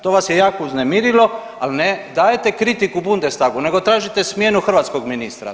To vas je jako uznemirilo, ali ne dajete kritiku Bundestagu, nego tražite smjenu hrvatskog ministra.